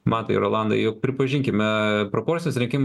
matai rolandai juk pripažinkime proporcijos rinkimų